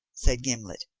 said gimblet,